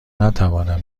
نتوانم